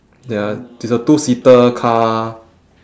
ya is a two seater car